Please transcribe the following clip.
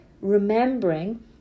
remembering